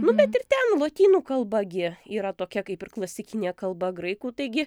nu bet ir ten lotynų kalba gi yra tokia kaip ir klasikinė kalba graikų taigi